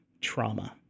trauma